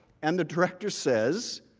and the director says,